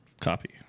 copy